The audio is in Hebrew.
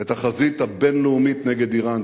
את החזית הבין-לאומית נגד אירן,